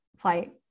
flight